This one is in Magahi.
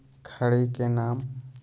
खड़ी के नाम?